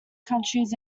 countries